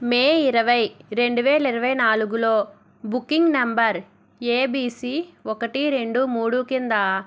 మే ఇరవై రెండు వేల ఇరవై నాలుగులో బుకింగ్ నంబర్ ఏబిసి ఒకటి రెండు మూడు క్రింద